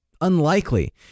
unlikely